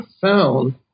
found